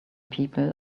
people